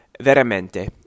Veramente